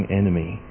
enemy